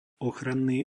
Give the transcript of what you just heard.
ochranný